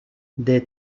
des